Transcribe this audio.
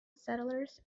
settlers